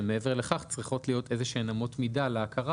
הן מעבר לכך צריכות להיות איזה שהן אמות מידה להכרה